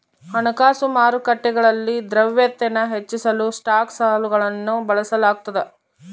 ಹಣಕಾಸು ಮಾರುಕಟ್ಟೆಗಳಲ್ಲಿ ದ್ರವ್ಯತೆನ ಹೆಚ್ಚಿಸಲು ಸ್ಟಾಕ್ ಸಾಲಗಳನ್ನು ಬಳಸಲಾಗ್ತದ